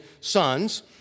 sons